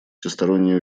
всестороннее